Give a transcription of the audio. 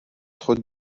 خود